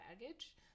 baggage